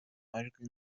majwi